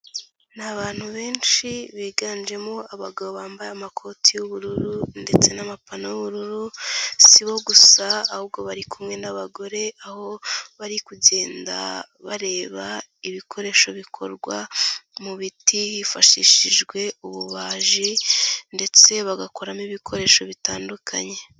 Ni abantu benshi biganjemo abagabo bambaye amakoti y'ubururu ndetse n'amapantaro y'ubururu, si bo gusa ahubwo bari kumwe n'abagore, aho bari kugenda bareba ibikoresho bikorwa mu biti hifashishijwe ububaji ndetse bagakoramo ibikoresho bitandukanye.